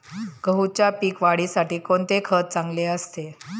गहूच्या पीक वाढीसाठी कोणते खत चांगले असते?